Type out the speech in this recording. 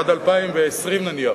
עד 2020 נניח,